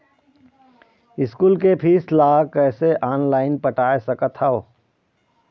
School के fees ला कैसे ऑनलाइन पटाए सकत हव?